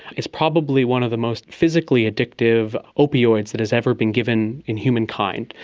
is probably one of the most physically addictive opioids that has ever been given in humankind.